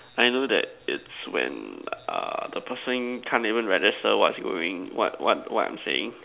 I know that it's when uh the person can't even register what's going what what I'm saying